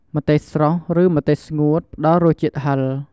ម្ទេសស្រស់ ឬម្ទេសស្ងួត ផ្តល់រសជាតិហឹរ ។